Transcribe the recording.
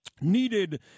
needed